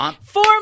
four